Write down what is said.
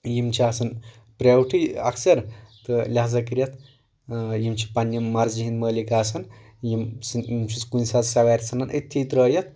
یِم چھِ آسان پرایوٹھٕے اکثر تہٕ لہاظا کٔرتھ یِم چھِ پننہِ مرضی ہنٛدۍ مٲلِک آسان یِم سنٛدۍ یِم چھِ کُنہِ ساتہٕ سوارِ ژھٕنان أتھی ترٛایِتھ